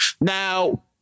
now